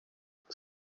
kera